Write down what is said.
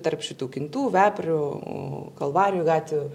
tarp šitų kintų veprių kalvarijų gatvių